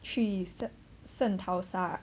去圣淘沙